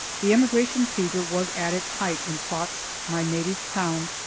the emigration fever was at its height in plotzk, my native town,